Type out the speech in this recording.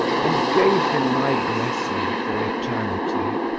and gave him my blessing for eternity.